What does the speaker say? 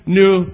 new